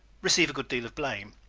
receive a good deal of blame.